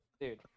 Dude